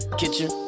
kitchen